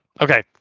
okay